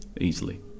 easily